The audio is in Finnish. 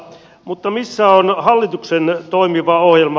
mutta missä on hallituksen toimiva ohjelma